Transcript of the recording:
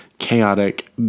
chaotic